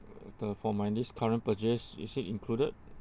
the for my this current purchase is it included